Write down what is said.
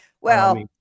Well-